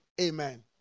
Amen